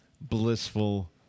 blissful